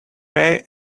pay